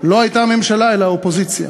לא הייתה הממשלה אלא האופוזיציה.